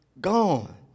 gone